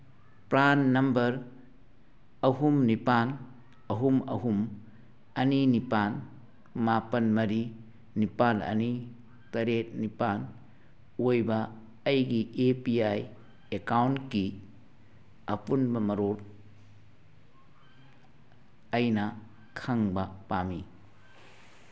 PRAN number ꯑꯍꯨꯝ ꯅꯤꯄꯥꯟ ꯑꯍꯨꯝ ꯑꯍꯨꯝ ꯑꯅꯤ ꯅꯤꯄꯥꯟ ꯃꯥꯄꯟ ꯃꯔꯤ ꯅꯤꯄꯥꯟ ꯑꯅꯤ ꯇꯔꯦꯠꯇ ꯅꯤꯄꯥꯟ ꯑꯣꯏꯕ ꯑꯩꯒꯤ ꯑꯦ ꯄꯤ ꯋꯥꯏ ꯑꯦꯀꯥꯎꯟꯀꯤ ꯑꯄꯨꯟꯕ ꯃꯔꯣꯜ ꯑꯩꯅ ꯈꯪꯕ ꯄꯥꯝꯃꯤ